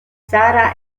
sarah